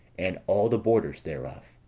and all the borders thereof,